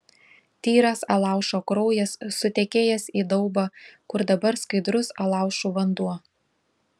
tyras alaušo kraujas sutekėjęs į daubą kur dabar skaidrus alaušų vanduo